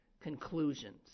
conclusions